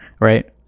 Right